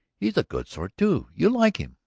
he's a good sort, too, you'll like him.